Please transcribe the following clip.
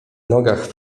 nogach